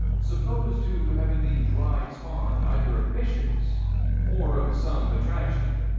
supposed to have been the dried spawn either of fishes or of some batrachian.